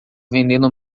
vendendo